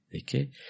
Okay